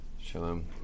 Shalom